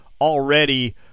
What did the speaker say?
already